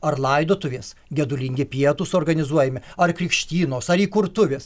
ar laidotuvės gedulingi pietūs organizuojami ar krikštynos ar įkurtuvės